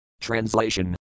Translation